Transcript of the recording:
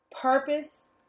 purpose